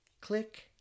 Click